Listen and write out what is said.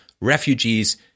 refugees